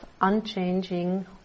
unchanging